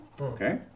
Okay